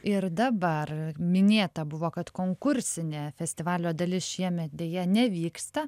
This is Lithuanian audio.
ir dabar minėta buvo kad konkursinė festivalio dalis šiemet deja nevyksta